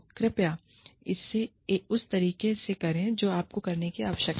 कृपया इसे उस तरीके से करें जो आपको करने की आवश्यकता है